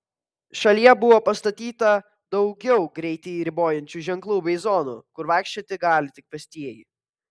šalyje buvo pastatyta daugiau greitį ribojančių ženklų bei zonų kur vaikščioti gali tik pėstieji